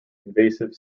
invasive